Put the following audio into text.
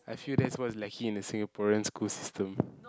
I feel that's what's lacking in the Singaporean school system